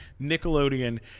Nickelodeon